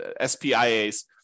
SPIA's